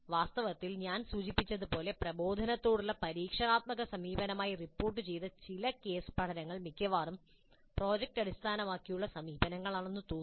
വാസ്തവത്തിൽ ഞാൻ സൂചിപ്പിച്ചതുപോലെ പ്രബോധനത്തോടുള്ള പരീക്ഷണാത്മക സമീപനമായി റിപ്പോർട്ടുചെയ്ത ചില കേസ് പഠനങ്ങൾ മിക്കവാറും പ്രോജക്റ്റ് അടിസ്ഥാനമാക്കിയുള്ള സമീപനങ്ങളാണെന്ന് തോന്നുന്നു